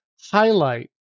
highlight